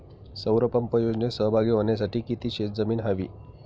सौर पंप योजनेत सहभागी होण्यासाठी किती शेत जमीन हवी?